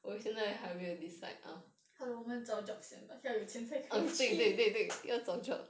好我们找 job 先吧要有钱才可以去